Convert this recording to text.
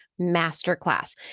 masterclass